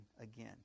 again